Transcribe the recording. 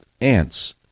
Ants